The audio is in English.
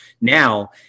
now